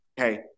Okay